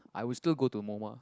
I will still go to Moma